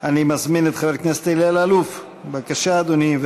אני מזמין את חבר הכנסת אלי אלאלוף, בבקשה, אדוני.